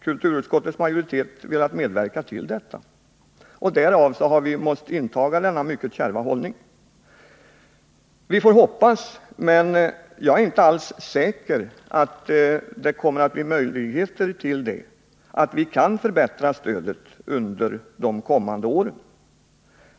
Kulturutskottets majoritet har inte velat medverka till det. Därför har vi måst inta en mycket kärv hållning. Vi får hoppas — men jag är inte alls säker på att det kommer att ges möjligheter till det — att vi kan förbättra stödet under de kommande åren.